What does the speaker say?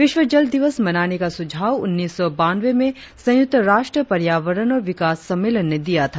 विश्व जल दिवस मनाने का सुझाव उन्नीस सौ बानवे में संयुक्त राष्ट्र पर्यावरण और विकास सम्मेलन ने दिया था